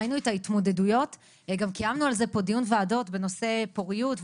ראינו את ההתמודדויות וגם קיימנו על זה פה דיון ועדות בנושא פוריות,